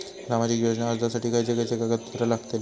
सामाजिक योजना अर्जासाठी खयचे खयचे कागदपत्रा लागतली?